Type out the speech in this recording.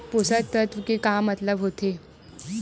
पोषक तत्व के मतलब का होथे?